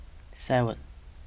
seven